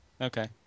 Okay